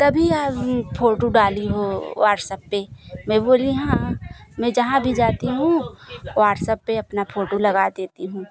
तभी आ फोटू डाली हो व्हाट्सअप पर मैं बोली हाँ मैं जहाँ भी जाती हूँ व्हाट्सअप पर अपना फोटू लगा देती हूँ